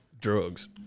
drugs